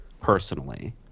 personally